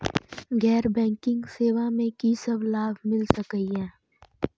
गैर बैंकिंग सेवा मैं कि सब लाभ मिल सकै ये?